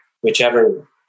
whichever